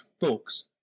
books